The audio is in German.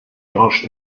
herrscht